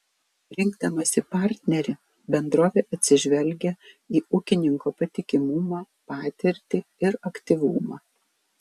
rinkdamasi partnerį bendrovė atsižvelgia į ūkininko patikimumą patirtį ir aktyvumą